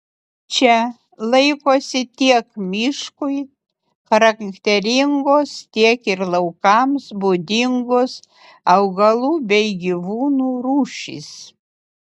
čia laikosi tiek miškui charakteringos tiek ir laukams būdingos augalų bei gyvūnų rūšys